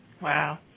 Wow